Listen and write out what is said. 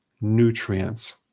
nutrients